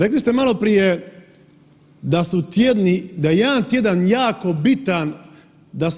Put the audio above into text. Rekli ste maloprije da su tjedni, da je jedan tjedan jako bitan da